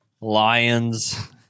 lions